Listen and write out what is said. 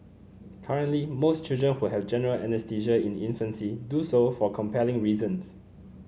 currently most children who have general anaesthesia in infancy do so for compelling reasons